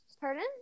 Pardon